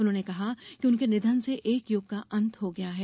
उन्होंने कहा कि उनके निधन से एक युग का अंत हो गया है